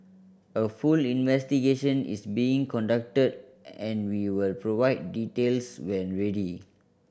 a full investigation is being conducted and we will provide details when ready